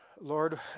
Lord